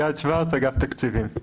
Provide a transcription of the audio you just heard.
אביעד שוורץ, אגף התקציבים.